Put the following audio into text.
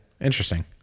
Interesting